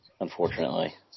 unfortunately